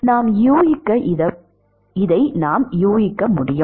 நாம் யூகிக்க முடியும்